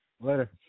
Later